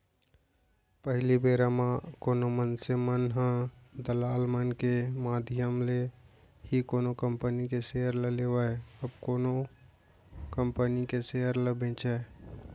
पहिली बेरा म कोनो मनसे मन ह दलाल मन के माधियम ले ही कोनो कंपनी के सेयर ल लेवय अउ कोनो कंपनी के सेयर ल बेंचय